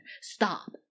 Stop